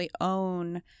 own